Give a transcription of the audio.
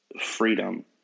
freedom